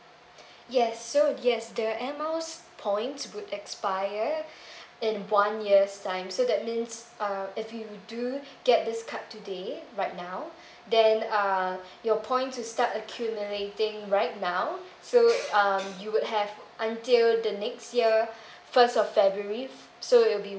yes so yes the air miles points would expire in one year's time so that means uh if you do get this card today right now then uh your points will start accumulating right now so uh you will have until the next year first of february so it'll will be